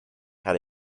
had